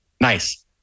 nice